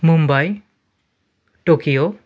Mumbai Tokyo